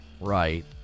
Right